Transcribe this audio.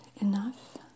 enough